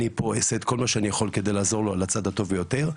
אני פה אעשה את כל מה שאני יכול כדי לעזור להם על הצד הטוב ביותר.